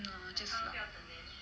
hmm just